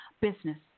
business